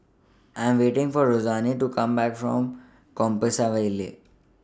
I Am waiting For Rosanne to Come Back from Compassvale